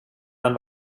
dann